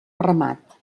ramat